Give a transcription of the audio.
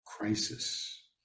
crisis